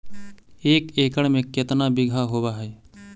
एक एकड़ में केतना बिघा होब हइ?